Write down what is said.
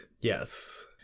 Yes